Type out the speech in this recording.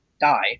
die